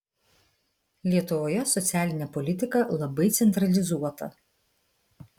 lietuvoje socialinė politika labai centralizuota